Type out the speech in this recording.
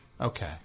Okay